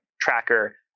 Tracker